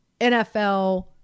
NFL